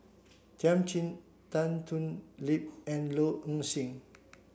Thiam Chin Tan Thoon Lip and Low Ing Sing